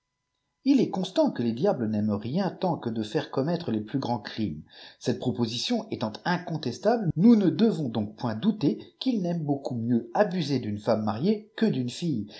il est constant que les diables n'aiment rien tant que de faire commettre les plus grands crimes cette proposition étant incontestable nous ne devons donc point douter qu'ils n'aiment beaucoup mieux abuser d'une femme mariée que d'une fille